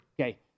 Okay